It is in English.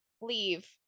leave